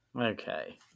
Okay